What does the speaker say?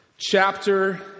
chapter